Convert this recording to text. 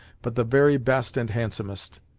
but the very best and handsomest.